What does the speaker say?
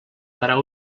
parar